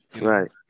Right